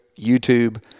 YouTube